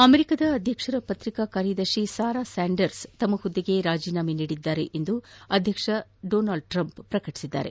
America ಅಧ್ಯಕ್ಷರ ಪತ್ರಿಕಾ ಕಾರ್ಯದರ್ಶಿ ಸಾರಾ ಸ್ಥಾಂಡರ್ಸ್ ತಮ್ಮ ಹುದ್ದೆಗೆ ರಾಜೀನಾಮೆ ನೀಡಿದ್ದಾರೆ ಎಂದು ಅಧ್ಯಕ್ಷ ಡೋನಾಲ್ಡ್ ಟ್ರಂಪ್ ಪ್ರಕಟಿಸಿದ್ದಾರೆ